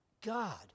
God